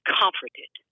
comforted